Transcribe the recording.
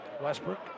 Westbrook